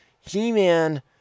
He-Man